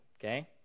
okay